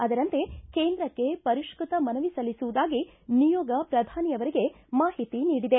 ಅದರಂತೆ ಕೇಂದ್ರಕ್ಕೆ ಪರಿಷ್ಕೃತ ಮನವಿ ಸಲ್ಲಿಸುವುದಾಗಿ ನಿಯೋಗ ಪ್ರಧಾನಿಯವರಿಗೆ ಮಾಹಿತಿ ನೀಡಿದೆ